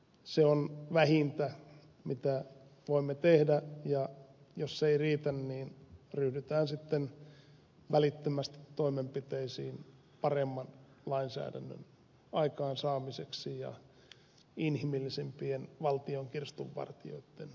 se on vähintä mitä voimme tehdä ja jos se ei riitä niin ryhdytään sitten välittömästi toimenpiteisiin paremman lainsäädännön aikaansaamiseksi ja inhimillisempien valtion kirstunvartijoitten löytämiseksi